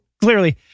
Clearly